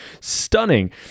stunning